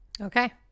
Okay